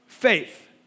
Faith